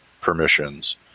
permissions